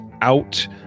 out